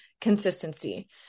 consistency